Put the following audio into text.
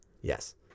Yes